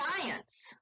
science